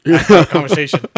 conversation